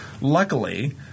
Luckily